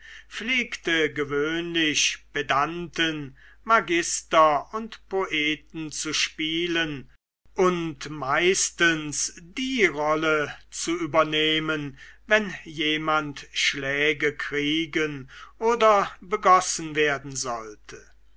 pflegte gewöhnlich pedanten magister und poeten zu spielen und meistens die rolle zu übernehmen wenn jemand schläge kriegen oder begossen werden sollte